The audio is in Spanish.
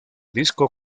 disco